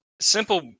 simple